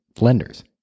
lenders